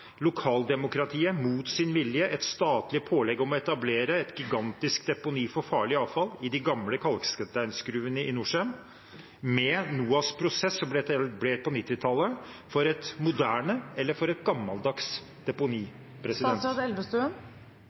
et statlig pålegg overfor lokaldemokratiet, altså mot deres vilje, om å etablere et gigantisk deponi for farlig avfall i de gamle kalksteinsgruvene i Norcem med NOAHs prosess, som ble etablert på 1990-tallet, et moderne eller et gammeldags deponi?